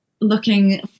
looking